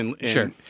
Sure